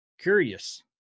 curious